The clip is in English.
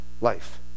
life